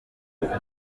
neza